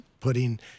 putting